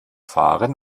fahren